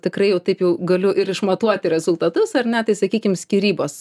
tikrai jau taip galiu ir išmatuoti rezultatus ar ne tai sakykim skyrybos